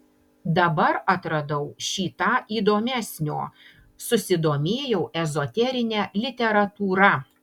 dabar atradau šį tą įdomesnio susidomėjau ezoterine literatūra